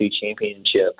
championship